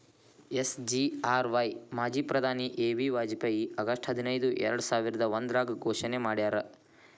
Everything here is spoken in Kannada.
ಎಸ್.ಜಿ.ಆರ್.ವಾಯ್ ಮಾಜಿ ಪ್ರಧಾನಿ ಎ.ಬಿ ವಾಜಪೇಯಿ ಆಗಸ್ಟ್ ಹದಿನೈದು ಎರ್ಡಸಾವಿರದ ಒಂದ್ರಾಗ ಘೋಷಣೆ ಮಾಡ್ಯಾರ